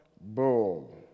bull